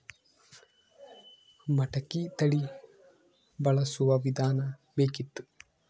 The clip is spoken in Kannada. ಮಟಕಿ ತಳಿ ಬಳಸುವ ವಿಧಾನ ಬೇಕಿತ್ತು?